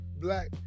Black